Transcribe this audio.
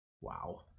wow